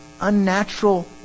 unnatural